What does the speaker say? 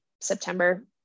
September